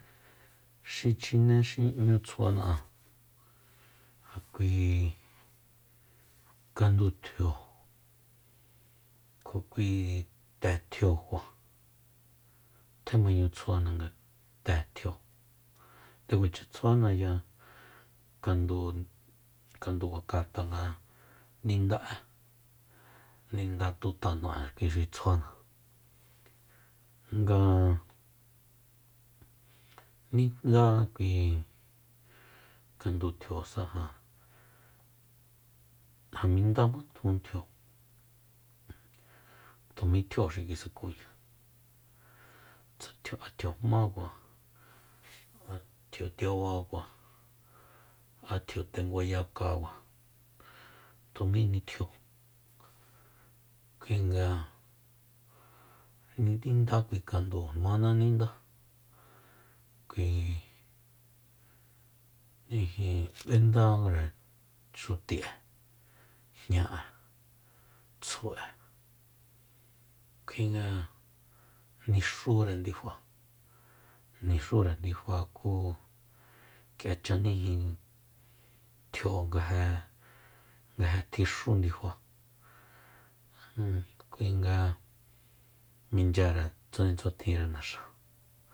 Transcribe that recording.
Xi chine xi 'ñu tsuana an ja kui kandu tjio kjo kui te tjiokua tjémañu tsjuana nga te tjio nde kuacha tsjuana kandu bakáa tanga ninda'e ninda tutano'e xi tsjuana nga- nga ninda kui kandu tjiosa ja- ja mindama tjun tjio tu mí tjio xi kisakuña tsa tjio- tjio jmákua tjio a tjio tiabaku a tjio tenguayakakua tu míni tjio kuinga nga ninda kui kandúu mana nindá kui iji b'endare xuti'e jña'e tsju'e kuinga nixúre ndifa- nixure ndifa ku k'ia chanijin tjio nga je tjixú ndifa jun kuinga minchyare tsjuatin tsjuatjinre naxa